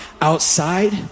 outside